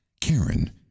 Karen